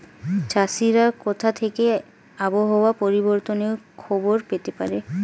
চাষিরা কোথা থেকে আবহাওয়া পরিবর্তনের খবর পেতে পারে?